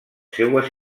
seues